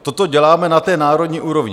Toto děláme na té národní úrovni.